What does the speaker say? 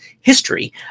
history